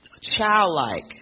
childlike